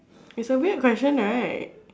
it's a weird question right